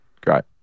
Great